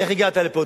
איך הגעת לפה?